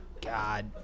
God